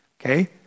Okay